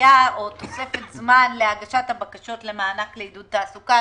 בדחייה או תוספת זמן להגשת הבקשות למענק לעידוד תעסוקה,